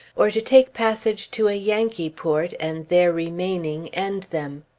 or to take passage to a yankee port, and there remaining, end them.